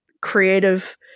creative